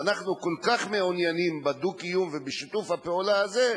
ואנחנו מעוניינים מאוד בדו-קיום ובשיתוף הפעולה הזה,